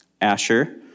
Asher